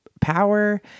power